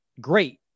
great